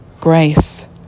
grace